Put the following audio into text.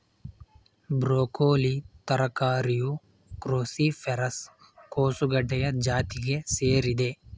broccoli ತರಕಾರಿಯು cruciferous ಕೋಸುಗಡ್ಡೆಯ ಜಾತಿಗೆ ಸೇರಿದೆ